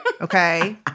Okay